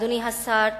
אדוני השר,